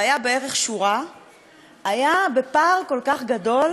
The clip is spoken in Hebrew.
היה בפער כל כך גדול מהמשמעות שלו בפועל.